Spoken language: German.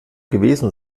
gewesen